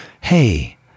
hey